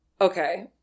Okay